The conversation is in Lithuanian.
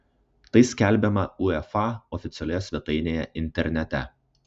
tai skelbiama uefa oficialioje svetainėje internete